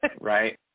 right